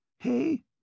Hey